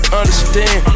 understand